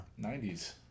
90s